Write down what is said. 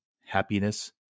happiness